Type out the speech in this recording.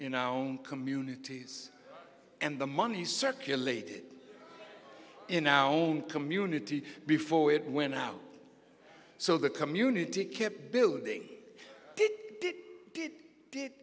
in our own communities and the money circulated in our own community before we went out so the community kept building did did